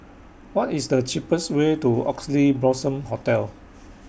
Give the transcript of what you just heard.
What IS The cheapest Way to Oxley Blossom Hotel